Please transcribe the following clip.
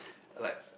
like